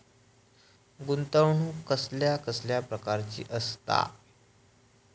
गुंतवणूक कसल्या कसल्या प्रकाराची असता?